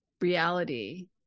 reality